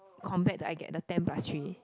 compared to I get the ten plus three